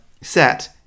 Set